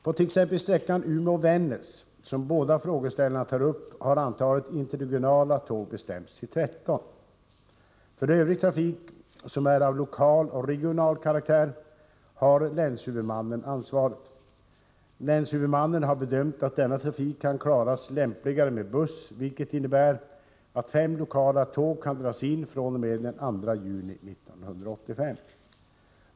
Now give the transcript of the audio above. På t.ex. sträckan Umeå-Vännäs, som båda frågeställarna tar upp, har antalet interregionala tåg bestämts till 13. För övrig trafik, som är av lokal och regional karaktär, har länshuvudmannen ansvaret. Länshuvudmannen har bedömt att denna trafik kan klaras lämpligare med buss, vilket innebär att 5 lokala tåg kan dras in fr.o.m. den 2 juni 1985.